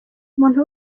umuntu